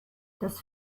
das